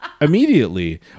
immediately